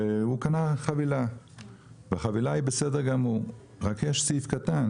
הוא קנה חבילה והחבילה בסדר גמור אלא שיש סעיף קטן